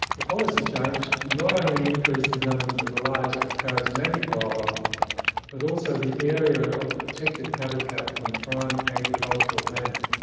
the policy change not only increased the numbers of the larger charismatic wildlife but also the area of protected habitat on prime agricultural land.